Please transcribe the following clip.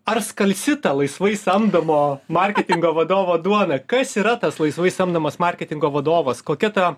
ar skalsi ta laisvai samdomo marketingo vadovo duona kas yra tas laisvai samdomas marketingo vadovas kokia ta